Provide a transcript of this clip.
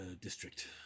district